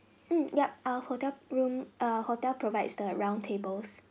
mm yup uh hotel room err hotel provides the roundtables